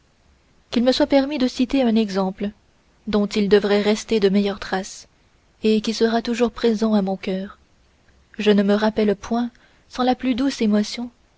qu'il me soit permis de citer un exemple dont il devrait rester de meilleures traces et qui sera toujours présent à mon cœur je ne me rappelle point sans la plus douce émotion